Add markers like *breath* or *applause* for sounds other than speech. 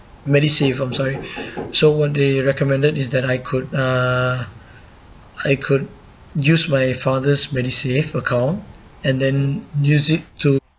MediSave I'm sorry *breath* so what they recommended is that I could uh I could use my father's MediSave account and then use it to